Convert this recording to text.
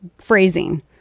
phrasing